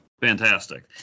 Fantastic